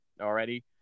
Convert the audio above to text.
already